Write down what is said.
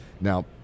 Now